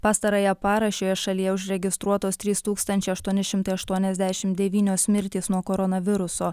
pastarąją parą šioje šalyje užregistruotos trys tūkstančiai aštuoni šimtai aštuoniasdešimt devynios mirtys nuo koronaviruso